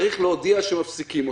צריך להודיע שמפסיקים אותן,